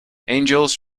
angels